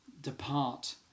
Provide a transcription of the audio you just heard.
depart